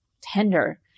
tender